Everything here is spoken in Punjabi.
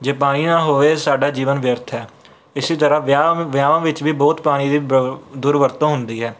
ਜੇ ਪਾਣੀ ਨਾ ਹੋਵੇ ਸਾਡਾ ਜੀਵਨ ਵਿਅਰਥ ਹੈ ਇਸੇ ਤਰ੍ਹਾਂ ਵਿਆਹ ਵਿਆਹਾਂ ਵਿੱਚ ਵੀ ਬਹੁਤ ਪਾਣੀ ਦੀ ਵ ਦੁਰਵਰਤੋਂ ਹੁੰਦੀ ਹੈ